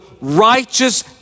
righteous